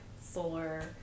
solar